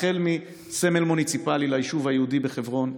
החל מסמל מוניציפלי ליישוב היהודי בחברון,